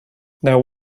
now